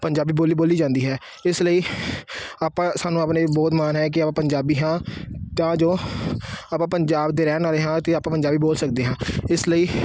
ਪੰਜਾਬੀ ਬੋਲੀ ਬੋਲੀ ਜਾਂਦੀ ਹੈ ਇਸ ਲਈ ਆਪਾਂ ਸਾਨੂੰ ਆਪਣੇ ਬਹੁਤ ਮਾਣ ਹੈ ਕਿ ਆਪਾਂ ਪੰਜਾਬੀ ਹਾਂ ਤਾਂ ਜੋ ਆਪਾਂ ਪੰਜਾਬ ਦੇ ਰਹਿਣ ਵਾਲੇ ਹਾਂ ਅਤੇ ਆਪਾਂ ਪੰਜਾਬੀ ਬੋਲ ਸਕਦੇ ਹਾਂ ਇਸ ਲਈ